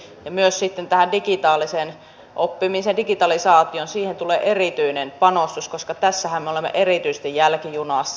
ja sitten myös tähän digitaaliseen oppimiseen digitalisaatioon tulee erityinen panostus koska tässähän me olemme erityisesti jälkijunassa